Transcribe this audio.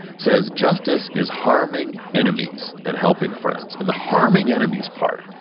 says justice is harming enemies and helping friends, and the harming enemies part,